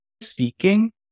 speaking